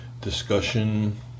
discussion